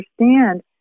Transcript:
understand